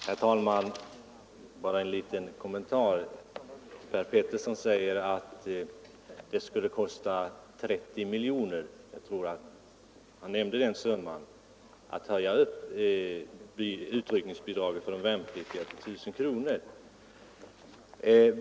Herr talman! Bara en liten kommentar. Herr Petersson i Gäddvik påstår att det skulle kosta 30 miljoner kronor att höja utryckningsbidraget till 1.000 kronor.